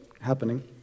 happening